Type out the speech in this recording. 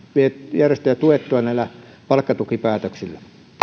järjestöjä tuettua näillä palkkatukipäätöksillä